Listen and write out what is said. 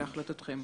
להחלטתכם.